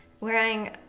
Wearing